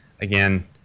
again